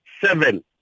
seven